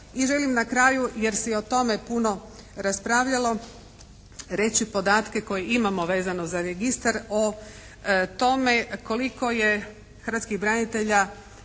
I želim na kraju jer se o tome puno raspravljalo reći podatke koje imamo vezano za registar o tome koliko je hrvatskih branitelja,